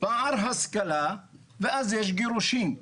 פער השכלה ואז יש גירושין.